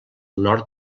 nord